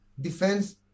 defense